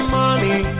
money